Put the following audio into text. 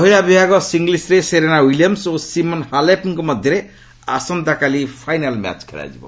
ମହିଳା ବିଭାଗ ସିଙ୍ଗଲ୍ୱରେ ସେରେନା ୱିଲିୟମ୍ବ ଓ ସିମନ୍ ହାଲେପ୍ଙ୍କ ମଧ୍ୟରେ ଆସନ୍ତାକାଲି ଫାଇନାଲ୍ ମ୍ୟାଚ୍ ଖେଳାଯିବ